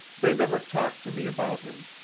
they never talked to me about him.